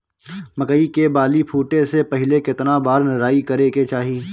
मकई मे बाली फूटे से पहिले केतना बार निराई करे के चाही?